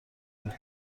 بود